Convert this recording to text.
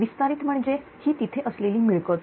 विस्तारित म्हणजे ही तेथे असलेली मिळकत